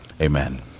amen